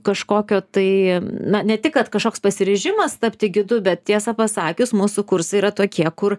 kažkokio tai na ne tik kad kažkoks pasiryžimas tapti gidu bet tiesą pasakius mūsų kursai yra tokie kur